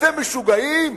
אתם משוגעים?